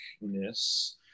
ness